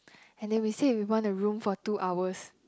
and then we said we want a room for two hours